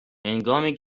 هنگامی